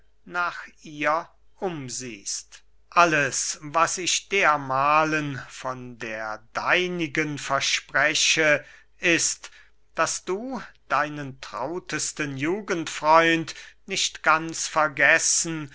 nach ihr umsiehst alles was ich mir dermahlen von der deinigen verspreche ist daß du deinen trautesten jugendfreund nicht ganz vergessen